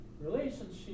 relationship